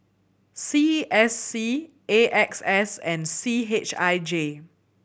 C S C A X S and C H I J